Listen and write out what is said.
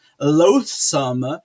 loathsome